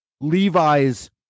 Levi's